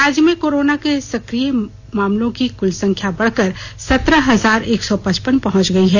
राज्य में कोरोना के सक्रिय मामलों की कुल संख्या बढ़कर सत्रह हजार एक सौ पचपन पहुंच गई है